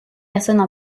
personnes